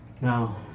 now